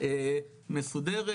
מסודרת